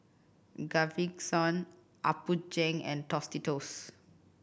Gaviscon Apgujeong and Tostitos